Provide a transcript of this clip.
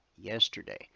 yesterday